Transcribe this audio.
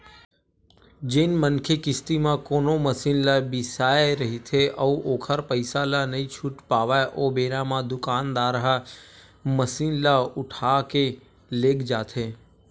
जेन मनखे किस्ती म कोनो मसीन ल बिसाय रहिथे अउ ओखर पइसा ल नइ छूट पावय ओ बेरा म दुकानदार ह मसीन ल उठाके लेग जाथे